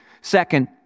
Second